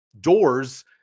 doors